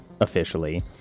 officially